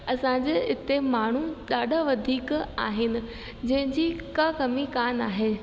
असांजे इते माण्हू ॾाढा वधीक आहिनि जंहिंजी को कमी कोन आहे